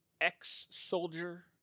ex-soldier